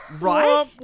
right